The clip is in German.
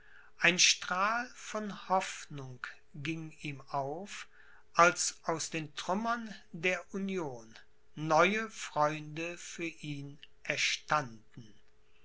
ein strahl von hoffnung ging ihm auf als aus den trümmern der union neue freunde für ihn erstanden